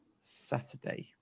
Saturday